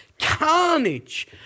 carnage